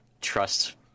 trust